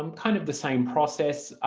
um kind of the same process.